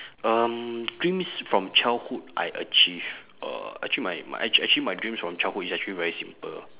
um dreams from childhood I achieve uh actually my my actually my dreams from childhood is actually very simple